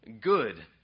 good